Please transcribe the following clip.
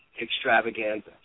extravaganza